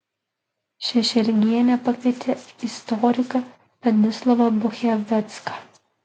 šešelgienė pakvietė istoriką stanislovą buchavecką